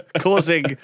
causing